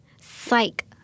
Psych